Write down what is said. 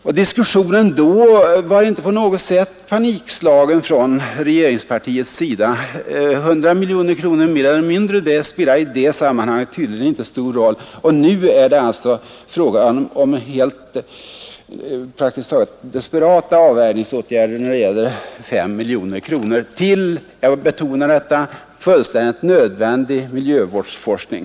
I diskussionen då fanns det inga som helst tecken på panik i regeringspartiet. 100 miljoner kronor mer eller mindre spelade i det sammanhanget tydligen inte så stor roll. Men nu gör man praktiskt taget desperata avvärjningsåtgärder när det gäller 5 miljoner kronor till — jag betonar detta — fullständigt nödvändig miljövårdsforskning.